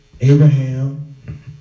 Abraham